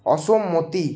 অসম্মতি